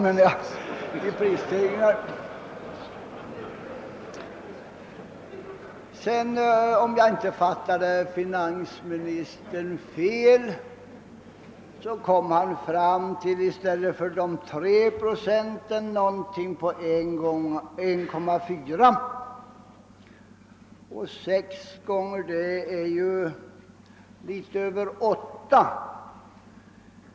Om jag inte fattade finansministern fel, kom han i stället för till de 3 procenten fram till ungefär 1,4 procent, och 6 gånger 1.4 är ju litet över 8.